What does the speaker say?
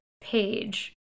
page